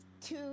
two